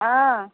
हँ